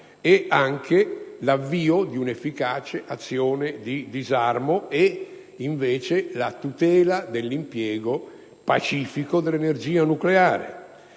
per l'avvio di un'efficace azione di disarmo), nonché per la tutela dell'impiego pacifico dell'energia nucleare.